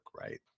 right